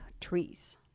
trees